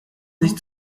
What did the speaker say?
nicht